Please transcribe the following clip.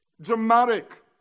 dramatic